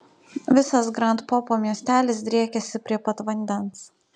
visas grand popo miestelis driekiasi prie pat vandens